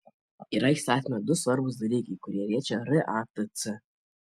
yra įstatyme du svarbūs dalykai kurie liečia ratc